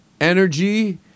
energy